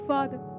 Father